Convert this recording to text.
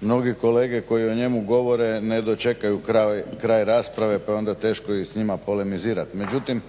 mnogi kolege koji o njemu govore ne dočekaju kraj rasprave, pa je onda teško i s njima polemizirati. Međutim,